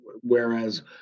whereas